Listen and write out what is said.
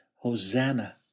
Hosanna